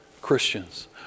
Christians